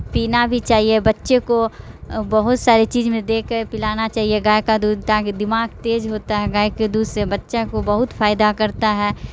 پینا بھی چاہیے بچے کو بہت سارے چیز میں دے کے پلانا چاہیے گائے کا دودھ تاکہ دماغ تیز ہوتا ہے گائے کے دودھ سے بچہ کو بہت فائدہ کرتا ہے